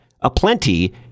aplenty